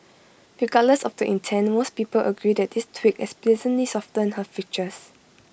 regardless of the intent most people agree that this tweak has pleasantly softened her features